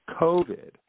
COVID